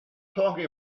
talking